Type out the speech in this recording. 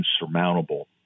insurmountable